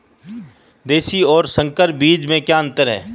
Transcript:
देशी और संकर बीज में क्या अंतर है?